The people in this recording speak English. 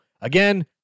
again